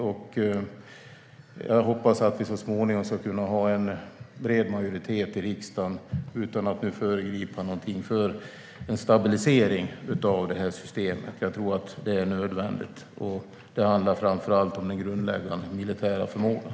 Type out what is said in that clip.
Jag hoppas, utan att föregripa något nu, att vi så småningom ska kunna ha en bred majoritet i riksdagen för en stabilisering av systemet. Jag tror att det är nödvändigt. Det handlar framför allt om den grundläggande militära förmågan.